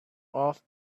off